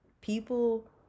People